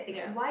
yeah